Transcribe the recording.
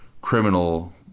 criminal